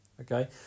okay